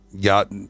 got